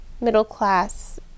middle-class